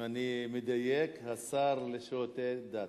אם אני מדייק, השר לשירותי דת.